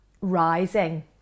rising